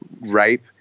rape